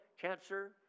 cancer